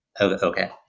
okay